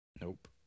Nope